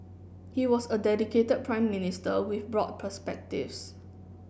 he was a dedicated Prime Minister with broad perspectives